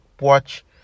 watch